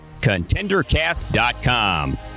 contendercast.com